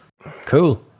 Cool